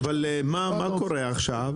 אז מה קורה עכשיו,